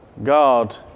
God